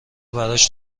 برایش